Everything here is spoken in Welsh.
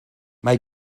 mae